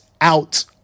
out